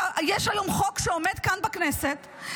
יש היום חוק שעומד כאן בכנסת,